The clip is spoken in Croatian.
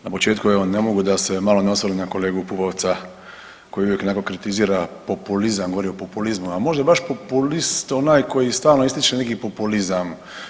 Na početku evo ne mogu da se malo ne osvrnem na kolegu Pupovca koji uvijek neko kritizira populizam, govori o populizmu, a možda je baš populist onaj koji stalno ističe neki populizam.